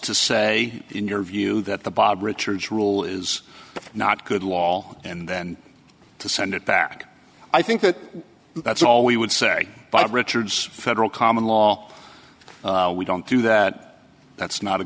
to say in your view that the bob richards rule is not good law and then to send it back i think that that's all we would say but richard's federal common law we don't do that that's not a